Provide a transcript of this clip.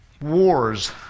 wars